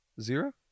zero